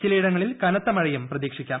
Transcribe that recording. ചിലയിടങ്ങളിൽ കനത്ത മഴയും പ്രതീക്ഷിക്കാം